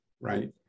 right